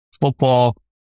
football